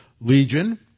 Legion